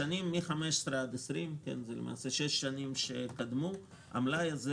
בשנים 2015 2020 עבור המלאי הזה